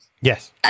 yes